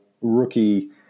rookie